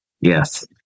Yes